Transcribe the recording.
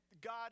God